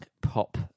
pop